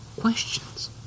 questions